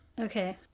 Okay